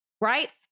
right